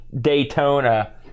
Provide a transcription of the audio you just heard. Daytona